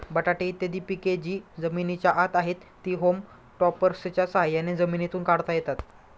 बटाटे इत्यादी पिके जी जमिनीच्या आत आहेत, ती होम टॉपर्सच्या साह्याने जमिनीतून काढता येतात